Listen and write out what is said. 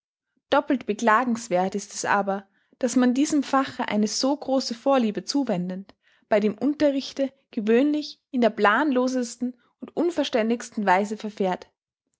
doppelt beklagenswerth ist es aber daß man diesem fache eine so große vorliebe zuwendend bei dem unterrichte gewöhnlich in der planlosesten und unverständigsten weise verfährt